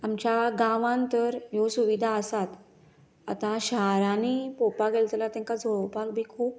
आमच्या गांवान तर ह्यो सुविधा आसात आता शारांनी पळोवपाक गेल्यार तेंकां जळोवपाक बीन खूब